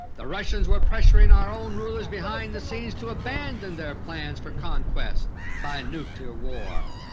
the russians were pressuring our own rulers behind the scenes to abandon their plans for conquest by nuclear war.